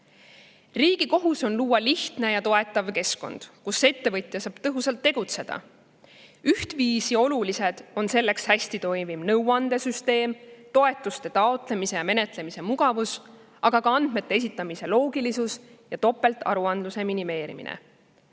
Riigi kohus on luua lihtne ja toetav keskkond, kus ettevõtja saab tõhusalt tegutseda. Ühtviisi olulised on selleks hästi toimiv nõuandesüsteem, toetuste taotlemise ja [taotluste] menetlemise mugavus, aga ka andmete esitamise loogilisus ja topeltaruandluse minimeerimine.